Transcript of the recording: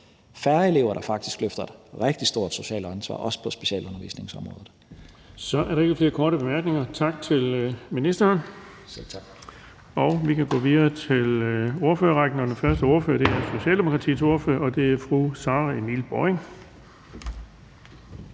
færre elever, der faktisk løfter et rigtig stort socialt ansvar, også på specialundervisningsområdet. Kl. 17:13 Den fg. formand (Erling Bonnesen): Så er der ikke flere korte bemærkninger. Tak til ministeren. Vi kan gå videre til ordførerrækken, og den første ordfører er Socialdemokratiets ordfører, og det er fru Sara Emil Baaring.